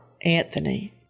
Anthony